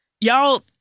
y'all